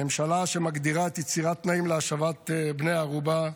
הממשלה מגדירה יצירת תנאים להשבת בני ערובה.